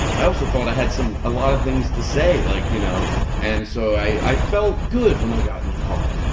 i also thought i had a ah lot of things to say, like you know and so i i felt good when i got in the car.